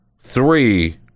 three